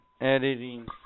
Editing